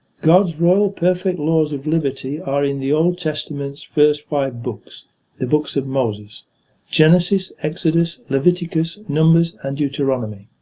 god's royal perfect laws of liberty are in the old testament's first five books the books of moses genesis, exodus, leviticus, numbers and deuteronomy.